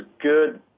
good